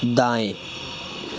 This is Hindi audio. दाएँ